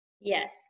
Yes